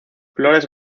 flores